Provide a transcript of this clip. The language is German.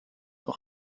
auch